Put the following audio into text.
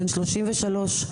בן 33,